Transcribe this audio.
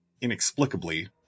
inexplicably